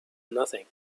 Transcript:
nothing